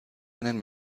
einen